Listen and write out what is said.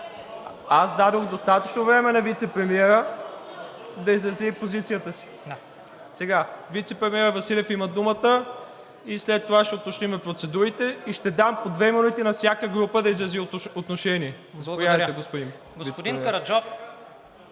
аз дадох достатъчно време на вицепремиера да изясни позицията си. Вицепремиерът Василев има думата и след това ще уточним процедурите и ще дам по две минути на всяка група да изрази отношение. Заповядайте, господин Василев.